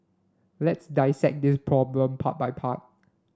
let's dissect this problem part by part